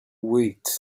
wait